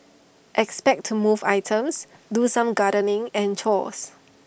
expect to move items do some gardening and chores